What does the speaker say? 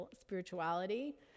spirituality